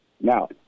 Now